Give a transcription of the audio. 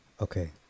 okay